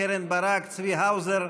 קרן ברק וצבי האוזר,